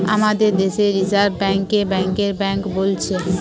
আমাদের দেশে reserve bank কে ব্যাংকের বেঙ্ক বোলছে